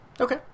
Okay